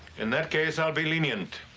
in that case i'll be lenient.